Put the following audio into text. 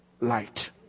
light